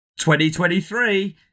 2023